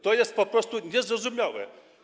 To jest po prostu niezrozumiałe.